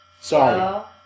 Sorry